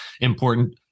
important